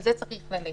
על זה צריך ללכת.